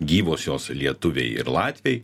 gyvosios lietuviai ir latviai